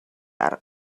арга